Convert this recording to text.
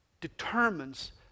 determines